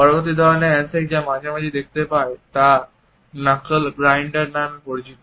পরবর্তী ধরনের হ্যান্ডশেক যা আমরা মাঝে মাঝে দেখতে পাই তা নাকল গ্রাইন্ডার নামে পরিচিত